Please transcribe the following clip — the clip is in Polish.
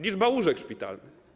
Liczba łóżek szpitalnych.